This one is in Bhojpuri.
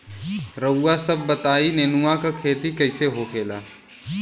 रउआ सभ बताई नेनुआ क खेती कईसे होखेला?